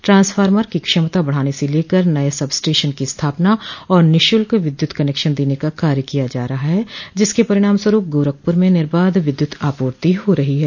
transformer की क्षमता बढ़ाने से लेकर नये सब स्टेशन की स्थापना और निःशुल्क विद्युत कनेक्शन देने का काय किया जा रहा है जिसके परिणामस्वरूप गोरखपुर में निर्बाध विद्युत आपूर्ति हो रही है